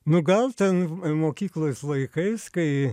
nu gal ten mokyklojs laikais kai